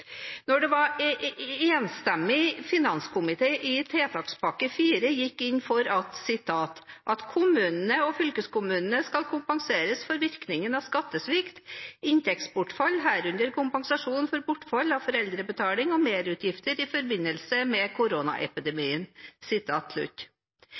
enstemmig finanskomité gikk i forbindelse med behandlingen av tiltakspakke 4 inn for at «kommunene og fylkeskommunene skal kompenseres for virkningen av skattesvikt, inntektsbortfall, herunder kompensasjon for bortfall av foreldrebetaling, og merutgifter i forbindelse med